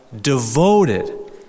devoted